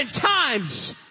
times